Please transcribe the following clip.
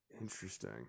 Interesting